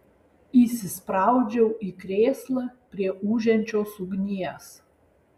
įsispraudžiau į krėslą prie ūžiančios ugnies